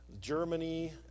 germany